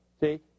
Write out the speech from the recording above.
See